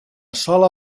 sola